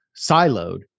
siloed